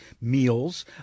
meals